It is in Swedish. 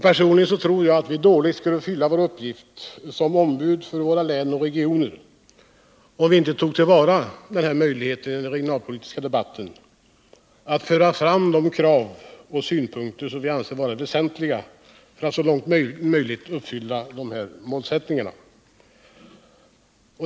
Personligen tror jag att vi skulle dåligt fylla vår uppgift som valda ombud för våra län och regioner, om vi inte tog till vara möjligheten att i samband med riksdagens regionalpolitiska debatt föra fram de krav och synpunkter som vi anser vara väsentliga för att så långt möjligt uppfylla denna målsättning.